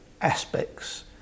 aspects